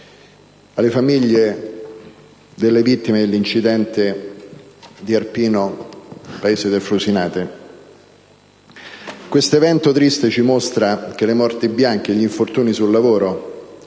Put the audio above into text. alle famiglie delle vittime dell'incidente di Arpino, paese del frusinate. Questo triste evento ci mostra che le morti bianche, gli infortuni sul lavoro